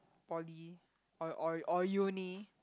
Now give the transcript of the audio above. poly or or or uni